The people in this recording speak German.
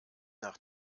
nach